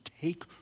take